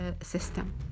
system